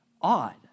odd